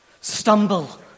Stumble